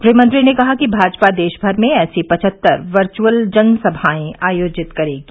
गृह मंत्री ने कहा कि भाजपा देशभर में ऐसी पचहत्तर वर्चुअल जन सभाएं आयोजित करेगी